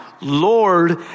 Lord